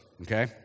Okay